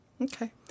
Okay